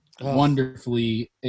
wonderfully